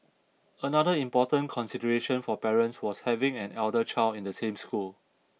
another important consideration for parents was having an elder child in the same school